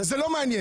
זה לא מעניין.